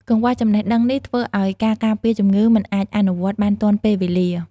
កង្វះចំណេះដឹងនេះធ្វើឱ្យការការពារជំងឺមិនអាចអនុវត្តបានទាន់ពេលវេលា។